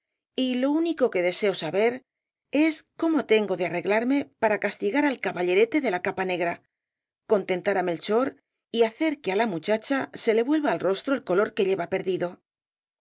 y lo único que deseo saber es cómo tengo de arreglarme para castigar al caballerete de la capa negra contentar á melchor y hacer que á la muchacha se le vuelva al rostro el color que lleva perdido